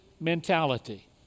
mentality